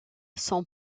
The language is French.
son